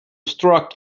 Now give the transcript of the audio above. struck